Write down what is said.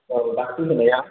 औ दाख्लै होनाया